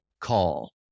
call